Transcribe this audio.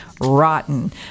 rotten